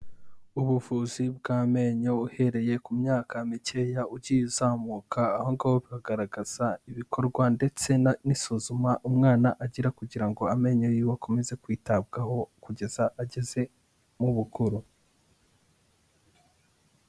ubuvuzi bw'amenyo uhereye ku myaka mikeya ukizamuka, aho ngaho bagaragaza ibikorwa ndetse n'isuzuma umwana agira kugira ngo amenyo yiwe akomeze kwitabwaho kugeza ageze mu bukuru.